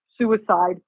suicide